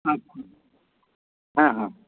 আচ্ছা হ্যাঁ হ্যাঁ